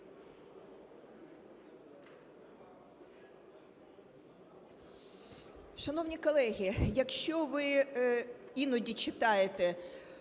Шановні колеги, якщо ви іноді читаєте